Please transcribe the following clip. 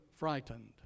Frightened